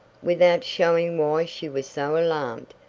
without showing why she was so alarmed.